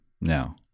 No